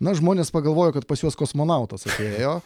na žmonės pagalvojo kad pas juos kosmonautas atėjo